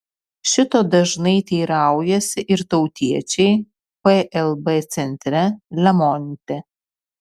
šito dažnai teiraujasi ir tautiečiai plb centre lemonte